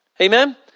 Amen